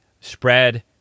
spread